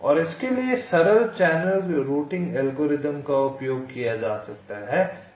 और इसके लिए सरल चैनल रूटिंग एल्गोरिदम का उपयोग किया जा सकता है